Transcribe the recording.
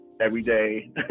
everyday